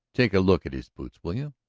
take a look at his boots, will you?